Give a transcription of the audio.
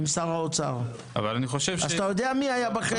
אז אתה יודע מי היה בחדר.